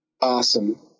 awesome